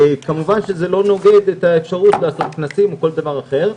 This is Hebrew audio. כמובן שזה לא נוגד את האפשרות לעשות כנסים או כל דבר אחר.